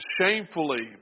shamefully